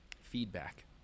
feedback